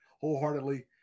wholeheartedly